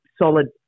solid